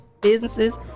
businesses